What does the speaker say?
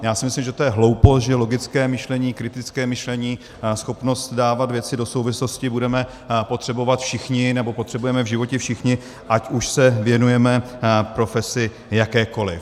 Já si myslím, že to je hloupost, že logické myšlení, kritické myšlení, schopnost dávat věci do souvislostí budeme potřebovat všichni, nebo potřebujeme v životě všichni, ať už se věnujeme profesi jakékoli.